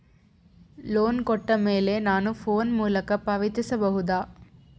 Loan ಕೊಟ್ಟ ಮೇಲೆ ನಾನು ಫೋನ್ ಮೂಲಕ ಪಾವತಿಸಬಹುದಾ?